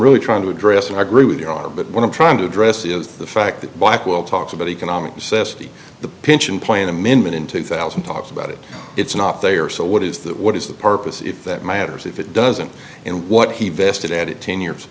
really trying to address and i agree with your honor but what i'm trying to address is the fact that blackwell talks about economic necessity the pension plan amendment in two thousand talks about it it's not they are so what is that what is the purpose if that matters if it doesn't and what he vested at it ten years